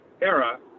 era